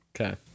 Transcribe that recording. Okay